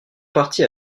partis